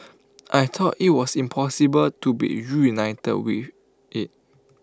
I thought IT was impossible to be reunited with IT